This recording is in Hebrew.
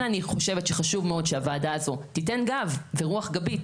כן אני חושבת שחשוב מאוד שהוועדה הזו תיתן גב ורוח גבית